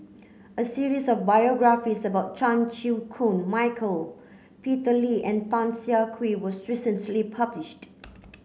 a series of biographies about Chan Chew Koon Michael Peter Lee and Tan Siah Kwee was recently published